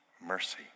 mercy